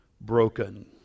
broken